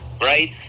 right